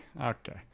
okay